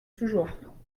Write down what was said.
toujours